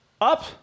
Up